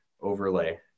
overlay